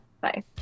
Bye